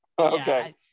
Okay